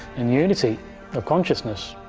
and unity of consciousness.